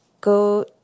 go